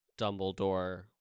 Dumbledore